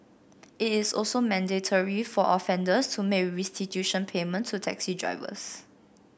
it is also mandatory for offenders to make restitution payment to taxi drivers